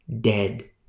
dead